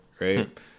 right